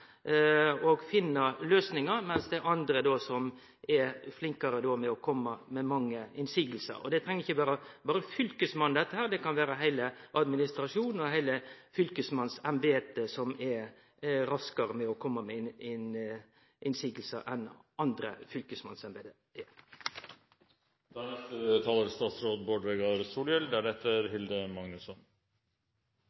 å kome med mange motsegner. Det treng ikkje å vere berre fylkesmannen, det kan vere heile administrasjonen og heile fylkesmannsembetet som er raskare med å kome med motsegner enn andre